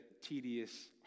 tedious